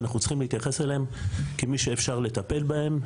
ואנחנו צריכים להתייחס אליהם כמי שאפשר לטפל בהם,